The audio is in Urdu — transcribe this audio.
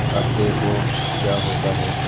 اب دیکھو کیا ہوتا ہے